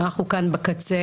ואנחנו כאן בקצה.